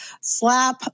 slap